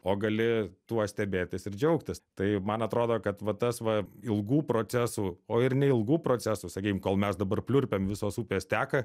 o gali tuo stebėtis ir džiaugtis tai man atrodo kad va tas va ilgų procesų o ir neilgų procesų sakykim kol mes dabar pliurpiam visos upės teka